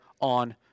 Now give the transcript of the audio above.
on